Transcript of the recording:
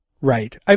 Right